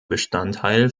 bestandteil